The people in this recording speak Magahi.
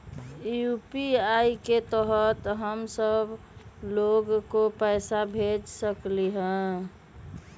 यू.पी.आई के तहद हम सब लोग को पैसा भेज सकली ह?